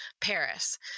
Paris